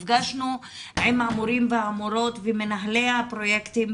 נפגשנו עם המורים והמורות ומנהלי הפרויקטים,